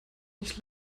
nicht